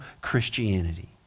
Christianity